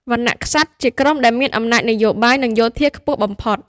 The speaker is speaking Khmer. វណ្ណៈក្សត្រជាក្រុមដែលមានអំណាចនយោបាយ និងយោធាខ្ពស់បំផុត។